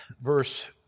verse